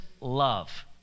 love